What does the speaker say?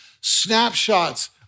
Snapshots